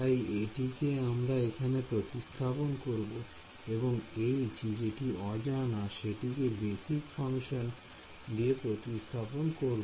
তাই এটিকে আমরা এখানে প্রতিস্থাপন করব এবং H যেটি অজানা সেটিকে একটি বেসিক ফাংশন দিয়ে প্রতিস্থাপন করব